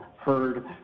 heard